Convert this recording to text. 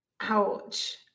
ouch